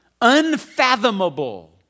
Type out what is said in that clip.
unfathomable